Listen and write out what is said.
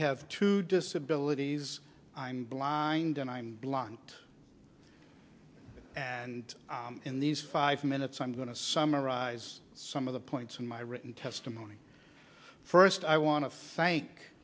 have two disabilities i'm blind and i'm blunt and in these five minutes i'm going to summarize some of the points in my written testimony first i want to thank